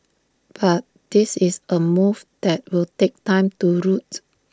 but this is A move that will take time to roots